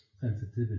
sensitivity